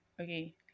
okay